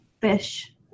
fish